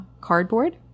cardboard